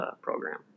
program